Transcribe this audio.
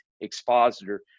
expositor